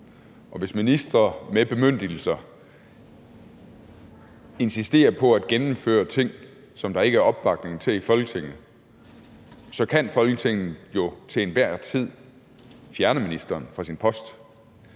og hvis ministre med bemyndigelser insisterer på at gennemføre ting, som der ikke er opbakning til i Folketinget, så kan Folketinget jo til enhver tid fjerne ministeren fra sin post.